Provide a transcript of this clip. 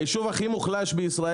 אבל לא לפגוע ביישוב הכי מוחלש בישראל,